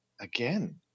again